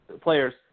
players